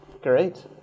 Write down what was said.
Great